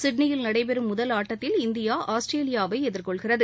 சிட்னியில் நடைபெறும் முதல் ஆட்டத்தில் இந்தியா ஆஸ்திரேலியாவை எதிர்கொள்கிறது